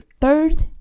third